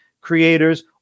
creators